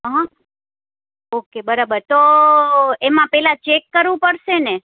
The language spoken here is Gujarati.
હં હં ઓકે બરાબર તો એમાં પહેલાં ચેક કરવું પડશે ને